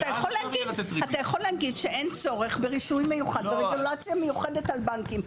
אתה יכול להגיד שאין צורך ברישוי מיוחד ורגולציה מיוחדת על בנקים.